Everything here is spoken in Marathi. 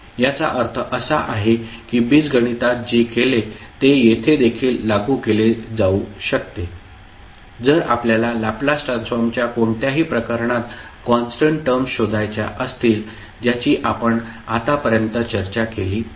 याचा अर्थ असा आहे की बीजगणितात जे केले ते येथे देखील लागू केले जाऊ शकते जर आपल्याला लॅपलास ट्रान्सफॉर्मच्या कोणत्याही प्रकरणात कॉन्स्टंट टर्म्स शोधायच्या असतील ज्याची आपण आत्तापर्यंत चर्चा केली आहे